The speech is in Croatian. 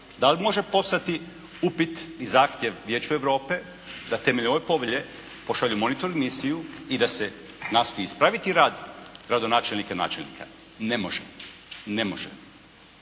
Da li može poslati upit i zahtjev Vijeću Europe da temeljem ove povelje pošalju monitor misiju i da se nastoji ispraviti rad gradonačelnika i načelnika? Ne može. Ne može.